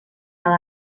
gael